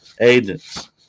agents